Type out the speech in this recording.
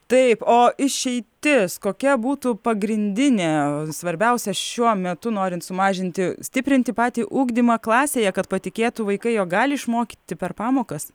taip o išeitis kokia būtų pagrindinė svarbiausia šiuo metu norint sumažinti stiprinti patį ugdymą klasėje kad patikėtų vaikai jog gali išmokyti per pamokas